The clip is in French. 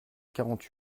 quarante